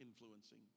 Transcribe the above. influencing